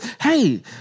hey